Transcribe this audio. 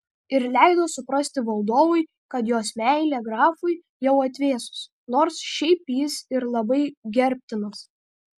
ir leido suprasti valdovui kad jos meilė grafui jau atvėsusi nors šiaip jis ir labai gerbtinas